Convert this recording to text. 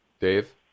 Dave